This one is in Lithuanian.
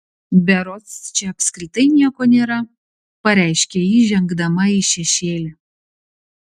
berods čia apskritai nieko nėra pareiškė ji žengdama į šešėlį